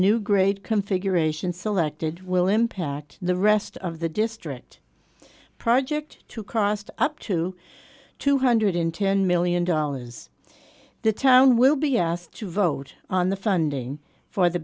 new grade configuration selected will impact the rest of the district project to cost up to two hundred in ten million dollars the town will be asked to vote on the funding for the